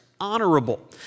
honorable